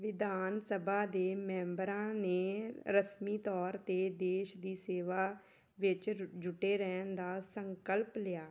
ਵਿਧਾਨ ਸਭਾ ਦੇ ਮੈਂਬਰਾਂ ਨੇ ਰਸਮੀ ਤੌਰ 'ਤੇ ਦੇਸ਼ ਦੀ ਸੇਵਾ ਵਿੱਚ ਜੁ ਜੁਟੇ ਰਹਿਣ ਦਾ ਸੰਕਲਪ ਲਿਆ